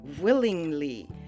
willingly